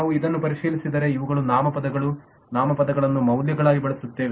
ನಾವು ಇದನ್ನು ಪರಿಶೀಲಿಸಿದರೆ ಇವುಗಳು ನಾಮಪದಗಳು ನಾಮಪದಗಳನ್ನು ಮೌಲ್ಯಗಳಾಗಿ ಬಳಸುತ್ತೇವೆ